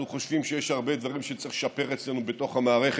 אנחנו חושבים שיש הרבה דברים שצריך לשפר אצלנו בתוך המערכת,